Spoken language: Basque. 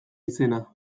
izena